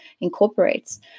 incorporates